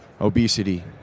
obesity